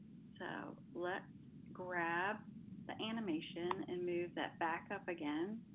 so let's grab the animation and move that back up again.